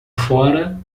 fora